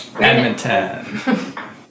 Edmonton